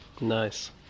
nice